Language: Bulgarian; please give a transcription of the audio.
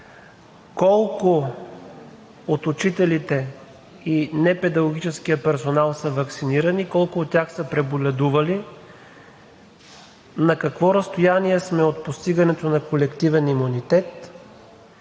колко от учителите и непедагогическия персонал са ваксинирани, колко от тях са преболедували, на какво разстояние сме от постигането на колективен имунитет